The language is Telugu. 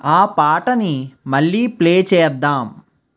ఆ పాటని మళ్ళీ ప్లే చేద్దాం